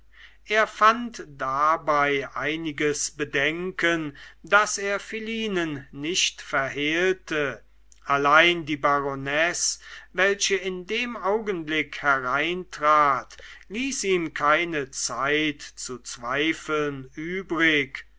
er fand dabei einiges bedenken das er philinen nicht verhehlte allein die baronesse welche in dem augenblick hereintrat ließ ihm keine zeit zu zweifeln übrig